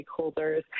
stakeholders